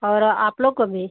और आप लोग का भी